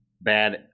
bad